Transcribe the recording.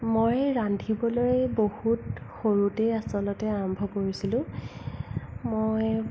মই ৰান্ধিবলৈ বহুত সৰুতেই আচলতে আৰম্ভ কৰিছিলোঁ মই